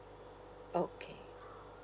okay